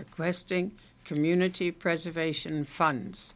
requesting community preservation funds